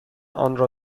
آنرا